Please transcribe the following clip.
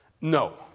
No